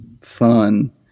fun